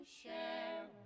share